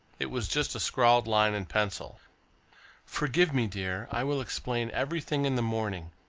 it was just a scrawled line in pencil forgive me, dear. i will explain everything in the morning,